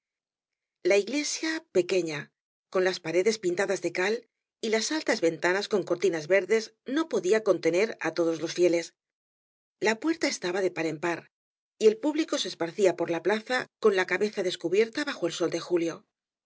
la iglesia pequeña con las paredes pintadas de cal y las altas ventanas con cortinas verdes no podía contener á todos los fieles la puerta estaba de par en par y el público se esparcía por la plaza con la cabeza descubierta bajo el sol de julio